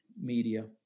media